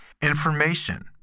information